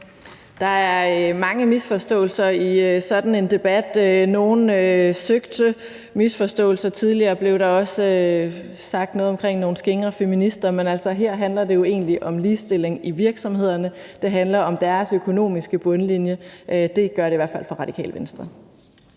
Der er mange misforståelser i sådan en debat – nogle søgte misforståelser. Tidligere blev der også sagt noget omkring nogle skingre feminister. Men altså, her handler det jo egentlig om ligestilling i virksomhederne; det handler om deres økonomiske bundlinje. Det gør det i hvert fald for Radikale Venstre.